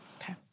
Okay